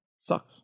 Sucks